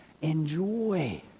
enjoy